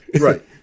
Right